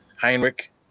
Heinrich